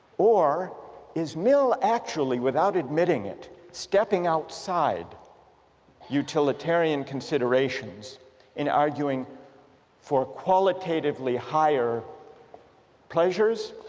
or is mill actually, without admitting it, stepping outside utilitarian considerations in arguing for qualitatively higher pleasures